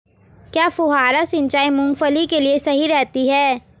क्या फुहारा सिंचाई मूंगफली के लिए सही रहती है?